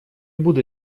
буду